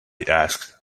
asked